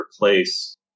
replace